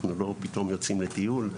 אנחנו לא פתאום יוצאים לטיול,